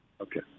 Okay